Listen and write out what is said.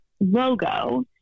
logo